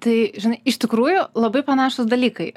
tai žinai iš tikrųjų labai panašūs dalykai